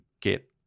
get